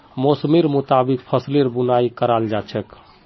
मौसमेर मुताबिक फसलेर बुनाई कराल जा छेक